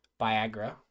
Viagra